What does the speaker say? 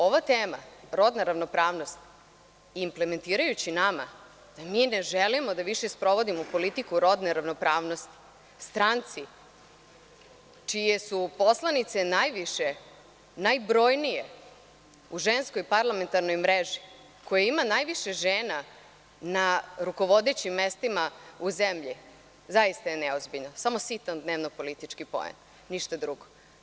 Ova tema, rodna ravnopravnost, implementirajući nama da mi ne želimo da više sprovodimo politiku rodne ravnopravnosti, stranci čije su poslanice najviše, najbrojnije u Ženskoj parlamentarnoj mreži, koja ima najviše žena na rukovodećim mestima u zemlji, zaista je neozbiljno, samo sitan dnevno-politički poen, ništa drugo.